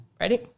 Ready